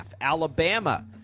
Alabama